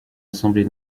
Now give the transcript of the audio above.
assemblée